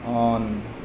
on